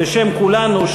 בשם כולנו,